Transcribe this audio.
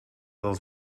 dels